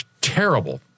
terrible